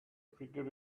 figure